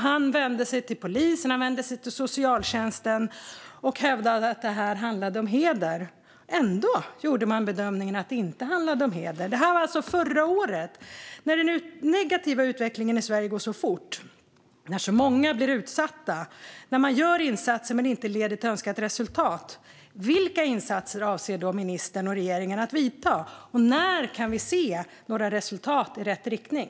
Han vände sig till polisen och socialtjänsten och hävdade att det handlade om heder. Ändå gjorde man bedömningen att det inte handlade om heder. Det var alltså förra året. När den negativa utvecklingen i Sverige går så fort, när så många blir utsatta, när man gör insatser men de inte leder till önskat resultat: Vilka insatser avser då ministern och regeringen att vidta? När kan vi se några resultat i rätt riktning?